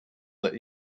that